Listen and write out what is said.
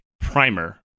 primer